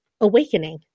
awakening